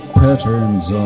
patterns